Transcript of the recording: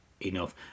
enough